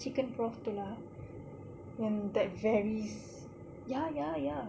chicken broth tu lah yang that varies ya ya ya